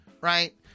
Right